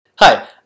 Hi